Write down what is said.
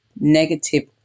negative